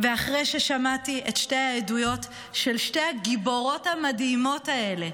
אחרי ששמעתי את שתי העדויות של שתי הגיבורות המדהימות האלה,